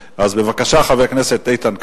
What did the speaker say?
בבקשה, חבר הכנסת איתן כבל.